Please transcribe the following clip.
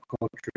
culture